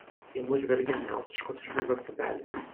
į mus žvelgė neaustriškos išvaizdos tipelis